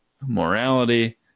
morality